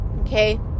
okay